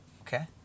Okay